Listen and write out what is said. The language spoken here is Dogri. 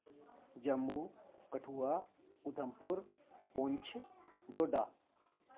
जम्मू कठुआ उधमपुर पुछ डोडा